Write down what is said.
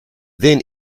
then